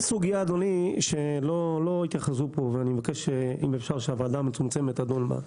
יש סוגיה שלא התייחסו פה ואני מבקש שהוועדה המצומצמת תדון בה,